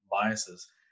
biases